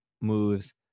moves